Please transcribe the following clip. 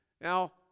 Now